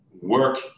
work